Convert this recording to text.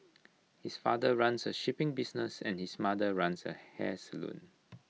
his father runs A shipping business and his mother runs A hair salon